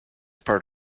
part